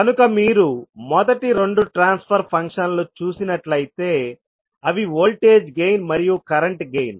కనుక మీరు మొదటి రెండు ట్రాన్స్ఫర్ ఫంక్షన్ లు చూసినట్లయితే అవి వోల్టేజ్ గెయిన్ మరియు కరెంట్ గెయిన్